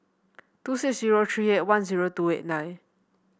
two six zero three eight one zero two eight nine